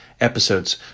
episodes